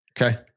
Okay